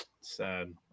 sad